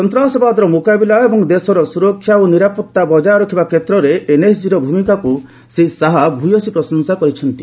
ସନ୍ତାସବାଦର ମୁକାବିଲା ଏବଂ ଦେଶର ସୁରକ୍ଷା ଓ ନିରାପତ୍ତା ବଜାୟ ରଖିବା କ୍ଷେତ୍ରରେ ଏନଏସଜିର ଭୂମିକାକୁ ଶ୍ରୀ ଶାହା ଭୂୟସୀ ପ୍ରଶଂସା କରିଛନ୍ତି